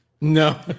No